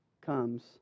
comes